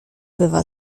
bywa